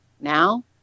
Now